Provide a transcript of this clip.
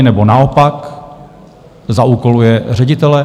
Nebo naopak zaúkoluje ředitele?